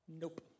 Nope